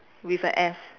with the S